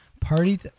party